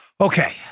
Okay